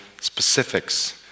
specifics